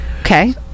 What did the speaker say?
okay